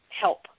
help